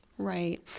Right